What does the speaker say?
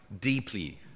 deeply